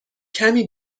کمی